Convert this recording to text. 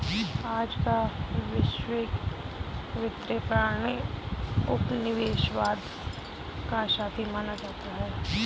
आज का वैश्विक वित्तीय प्रणाली उपनिवेशवाद का साथी माना जाता है